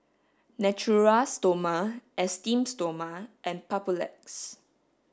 Natura Stoma Esteem Stoma and Papulex